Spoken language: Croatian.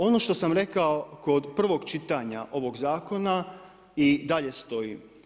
Ono što sam rekao kod prvog čitanja ovog zakona i dalje stoji.